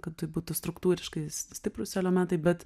kad tai būtų struktūriškai stiprūs elementai bet